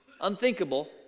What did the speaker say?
unthinkable